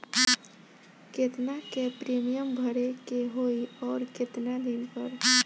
केतना के प्रीमियम भरे के होई और आऊर केतना दिन पर?